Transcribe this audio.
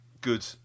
good